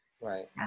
Right